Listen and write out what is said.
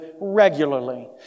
regularly